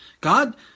God